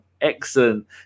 excellent